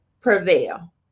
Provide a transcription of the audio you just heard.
prevail